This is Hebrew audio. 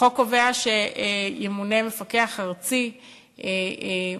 החוק קובע שימונה מפקח ארצי מסודר,